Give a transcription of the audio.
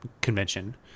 convention